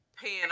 paying